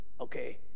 Okay